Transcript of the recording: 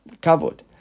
covered